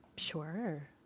Sure